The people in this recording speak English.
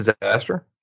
Disaster